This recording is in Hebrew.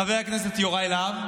חבר הכנסת יוראי להב?